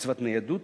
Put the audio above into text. קצבת ניידות